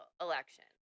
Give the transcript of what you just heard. election